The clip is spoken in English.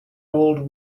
old